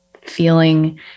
feeling